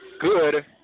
good